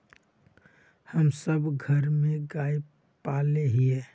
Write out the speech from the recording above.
हम सब घर में गाय पाले हिये?